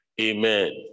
Amen